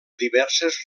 diverses